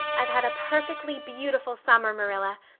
i've had a perfectly beautiful summer, marilla,